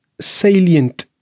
salient